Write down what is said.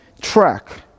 track